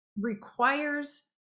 requires